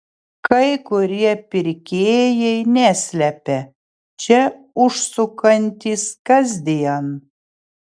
kai kurie pirkėjai neslepia čia užsukantys kasdien